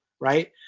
right